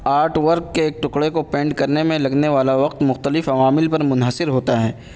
art work کے ایک ٹکڑے کو پینٹ کرنے میں لگنے والا وقت مختلف عوامل پر منحصر ہوتا ہے